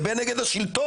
לבין נגד השילטון.